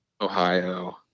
Ohio